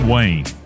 Wayne